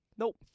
Nope